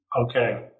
Okay